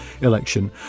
election